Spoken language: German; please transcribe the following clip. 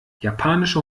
japanische